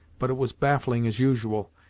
but it was baffling as usual,